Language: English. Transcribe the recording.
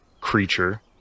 creature